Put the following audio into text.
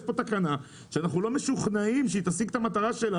יש פה תקנה שאנחנו לא משוכנעים שהיא תשיג את המטרה שלה.